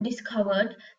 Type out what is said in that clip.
discovered